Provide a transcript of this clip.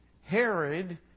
Herod